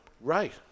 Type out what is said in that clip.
Right